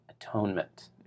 atonement